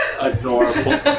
Adorable